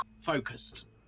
focused